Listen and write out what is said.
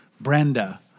brenda